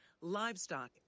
livestock